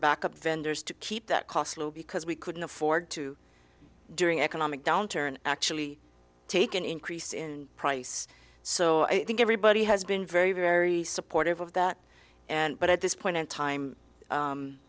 backup vendors to keep that cost low because we couldn't afford to during economic downturn actually take an increase in price so i think everybody has been very very supportive of that and but at this point in time